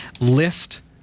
list